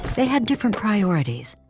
they had different priorities.